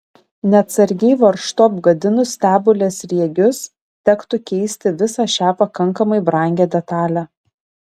neatsargiai varžtu apgadinus stebulės sriegius tektų keisti visą šią pakankamai brangią detalę